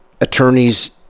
attorneys